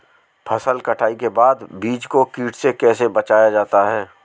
फसल कटाई के बाद बीज को कीट से कैसे बचाया जाता है?